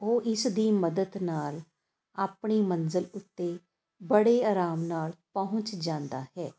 ਉਹ ਇਸ ਦੀ ਮਦਦ ਨਾਲ ਆਪਣੀ ਮੰਜ਼ਿਲ ਉੱਤੇ ਬੜੇ ਆਰਾਮ ਨਾਲ ਪਹੁੰਚ ਜਾਂਦਾ ਹੈ